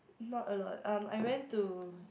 not a lot um I went to